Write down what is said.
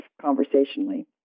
conversationally